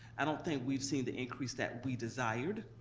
i don't think we've seen the increase that we desired,